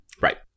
right